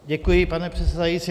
Děkuji, pane předsedající.